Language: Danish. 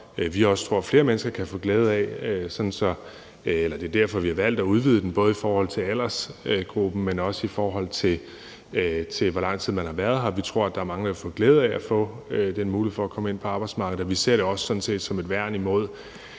vi også tror flere mennesker kan få glæde af. Det er derfor, vi har valgt at udvide den, både i forhold til aldersgruppen, men også, i forhold til hvor lang tid man har været her. Vi tror, at der er mange, der vil få glæde af at få den mulighed for at komme ind på arbejdsmarkedet. Vi ser det sådan set også som et værn imod